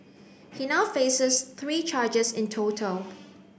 he now faces three charges in total